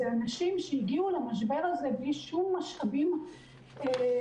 אלו אנשים שהגיעו למשבר הזה בלי שום משאבים רזרביים,